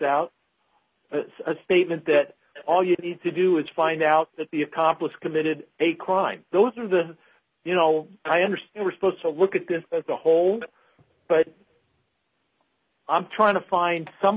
out a statement that all you need to do is find out that the accomplice committed a crime those are the you know i understand we're supposed to look at this the whole but i'm trying to find some